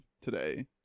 today